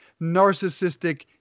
narcissistic